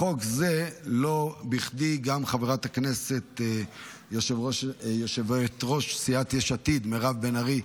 בחוק זה לא בכדי גם חברת הכנסת יושבת-ראש סיעת יש עתיד מירב בן ארי,